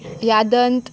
यादंत